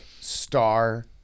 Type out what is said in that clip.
star